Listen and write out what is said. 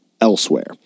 elsewhere